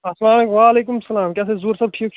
اسلامُ علیکُم وعلیکُم اسلام کیاہ سا ظہور صٲب ٹھیٖک چھُکھہٕ